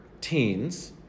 teens